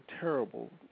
terrible